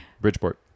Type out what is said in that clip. bridgeport